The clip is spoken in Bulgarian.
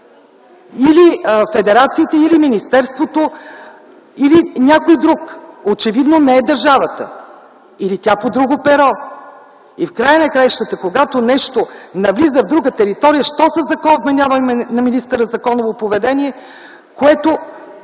или федерациите, или министерството, или някой друг? Очевидно не е държавата или тя – по друго перо. И в края на краищата, когато нещо навлиза в друга територия, що за закон вменява на министъра законово поведение, което